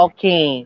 Okay